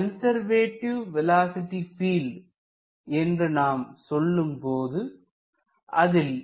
conservative velocity field என்று நாம் சொல்லும்போது அதில்